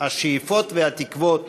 השאיפות והתקוות